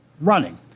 running